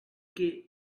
get